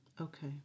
Okay